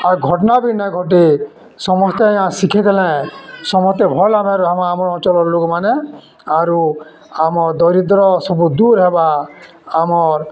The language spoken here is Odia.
ଆର୍ ଘଟଣା ବି ନାଇଁ ଘଟେ ସମସ୍ତେ ଆଜ୍ଞା ଶିକ୍ଷିତ ହେଲେ ସମସ୍ତେ ଭଲ୍ ଭାବେ ରାହେମା ଆମ ଆମ ଅଞ୍ଚଳ୍ର ଲୋକ୍ମାନେ ଆରୁ ଆମର୍ ଦରିଦ୍ର ସବୁ ଦୂର୍ ହେବା ଆମର୍